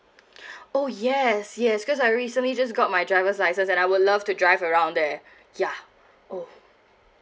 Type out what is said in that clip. oh yes yes because I recently just got my driver's license and I would love to drive around there ya oh